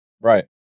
Right